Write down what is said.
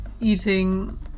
eating